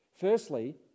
Firstly